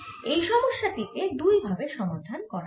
এই সমস্যা টি কে দুই ভাবে সমাধান করা যায়